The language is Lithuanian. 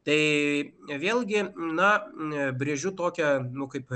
tai ne vėlgi na nebrėžiu tokia nu kaip